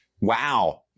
Wow